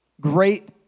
Great